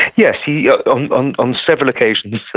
yes. yeah um on on several occasions,